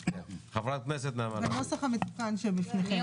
בנוסח המתוקן שלפניכם.